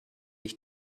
ich